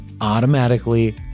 automatically